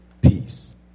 peace